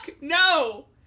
no